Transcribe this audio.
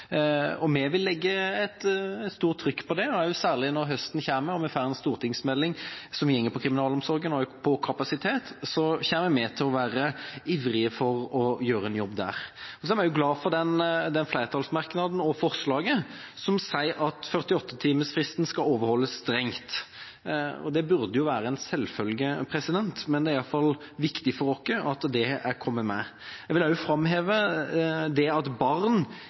Vi vil legge stort trykk på det. Særlig når høsten kommer, og vi får en stortingsmelding som går på kriminalomsorgen og på kapasitet, kommer vi til å være ivrige for å gjøre en jobb der. Så er vi også glade for flertallsmerknaden og forslaget som sier at 48-timersfristen skal overholdes strengt. Det burde være en selvfølge, men det er i alle fall viktig for oss at det har kommet med. Jeg vil også framheve at barn ikke skal sitte på glattcelle. Alt annet skal være prøvd før det i noen tilfeller må brukes, men at